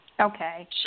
Okay